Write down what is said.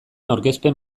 aurkezpen